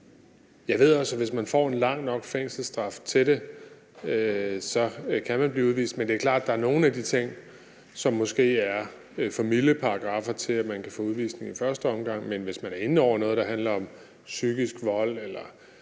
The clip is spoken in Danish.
Jeg ved også, at hvis man får en lang nok fængselsstraf til det, kan man blive udvist. Men det er klart, at der er nogle af de ting, som måske er for milde paragraffer til, at man kan få udvisning i første omgang. Men hvis nogen er inde i noget, der handler om psykisk vold eller